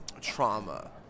trauma